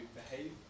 behave